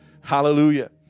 Hallelujah